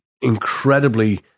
incredibly